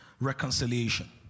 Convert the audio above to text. reconciliation